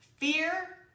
Fear